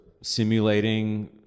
simulating